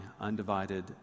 undivided